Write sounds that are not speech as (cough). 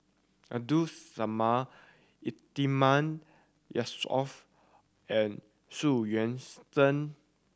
Abdul Samad Yatiman Yusof and (unintelligible) Yuan Zhen